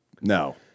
No